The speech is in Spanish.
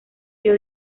sido